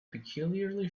peculiarly